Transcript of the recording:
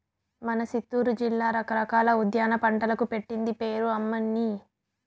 మన సిత్తూరు జిల్లా రకరకాల ఉద్యాన పంటలకు పెట్టింది పేరు అమ్మన్నీ